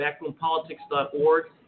backroompolitics.org